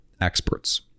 experts